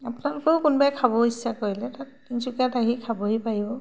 আপোনালোকেও কোনোবাই খাব ইচ্ছা কৰিলে তাত তিনচুকীয়াত আহি খাবহি পাৰিব